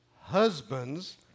husbands